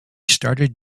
started